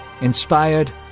inspired